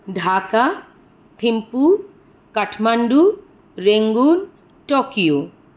Dhaka Thimphu Kathmandu Rangoon Tokyo